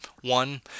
One